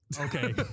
Okay